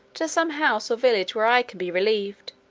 to some house or village where i can be relieved.